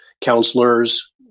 counselors